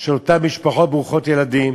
של אותן משפחות ברוכות ילדים.